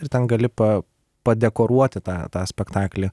ir ten gali pa padekoruoti tą tą spektaklį